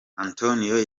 antonio